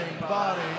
body